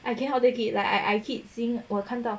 I cannot take it like I I keep seeing 我看到